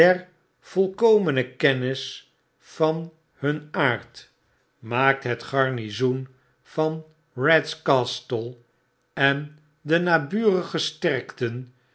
volkomene kennis van hun aard maakt het garnizoen van rats castle en de naburige sterkten